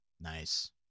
Nice